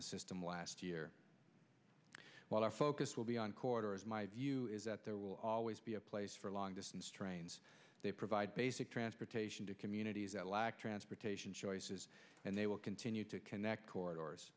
the system last year while our focus will be on quarter as my view is that there will always be a place for long distance trains they provide basic transportation to communities that lack transportation choices and they will continue to connect cour